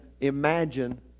imagine